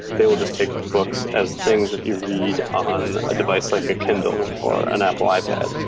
they will just take books as things that you read on a device like the kindle or an apple ipad.